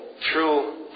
true